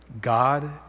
God